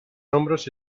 hombros